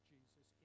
Jesus